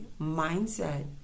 mindset